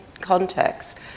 context